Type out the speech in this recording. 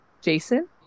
Jason